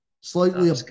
slightly